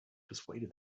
persuaded